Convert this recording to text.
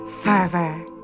fervor